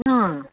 अँ